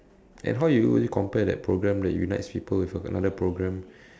and how you you compare that program that unites people with another program